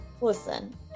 listen